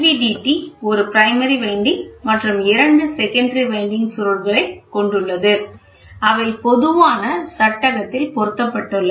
LVDT ஒரு primary winding மற்றும் இரண்டு செகண்டரி வைண்டிங் சுருள்களைக் கொண்டுள்ளது அவை பொதுவான சட்டகத்தில் பொருத்தப்பட்டுள்ளன